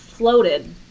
floated